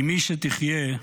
אימי שתחיה,